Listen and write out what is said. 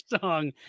song